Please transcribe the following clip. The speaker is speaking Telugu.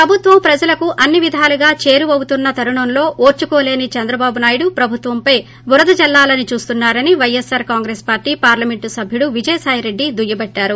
ప్రభుత్వం ప్రజలకు అన్ని విధాలుగా చేరువవుతున్న తరుణంలో ఓర్చుకోలేని చంద్రబాబునాయుడు ప్రభుత్వంపై బురదజల్లాలని చూస్తున్సారని వైఎస్సార్ కాంగ్రెస్ పార్టీ పార్లమెంట్ సభ్యుడు విజయసాయిరెడ్డి దుయ్యబట్టారు